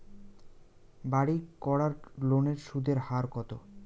বাড়ির করার লোনের সুদের হার কত?